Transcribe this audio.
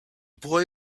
boy